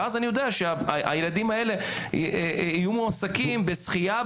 ואז אני יודע שהילדים האלה יהיו מועסקים בשחייה,